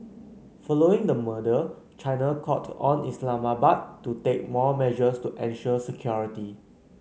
following the murder China called on Islamabad to take more measures to ensure security